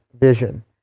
vision